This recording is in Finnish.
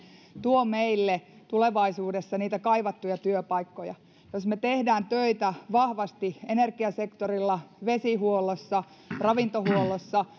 tuo meille tulevaisuudessa niitä kaivattuja työpaikkoja jos me teemme töitä vahvasti energiasektorilla vesihuollossa ravintohuollossa